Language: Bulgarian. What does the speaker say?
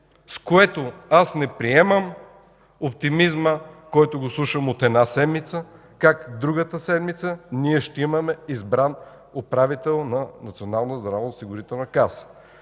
с което аз не приемам оптимизма, който слушам от една седмица как другата седмица ние ще имаме избран управител на